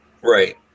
Right